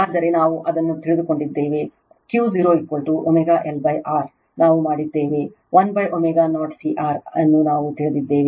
ಆದರೆ ನಾವು ಇದನ್ನು ತಿಳಿದಿದ್ದೇವೆ Q0 ω0 L R ನಾವು ಮಾಡಿದ್ದೇವೆ 1ω0 C R ಅನ್ನು ನಾವು ತಿಳಿದಿದ್ದೇವೆ